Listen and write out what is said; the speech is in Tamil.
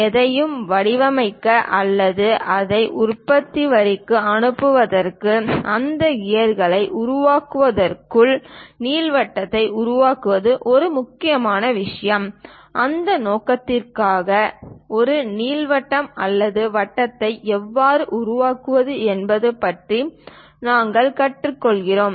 எதையும் வடிவமைக்க அல்லது அதை உற்பத்தி வரிக்கு அனுப்புவதற்கு அந்த கியர்களை உருவாக்குவதற்குள் நீள்வட்டத்தை உருவாக்குவது மிக முக்கியமான விஷயம் அந்த நோக்கத்திற்காக ஒரு நீள்வட்டம் அல்லது வட்டத்தை எவ்வாறு உருவாக்குவது என்பது பற்றி நாங்கள் கற்றுக் கொண்டிருக்கிறோம்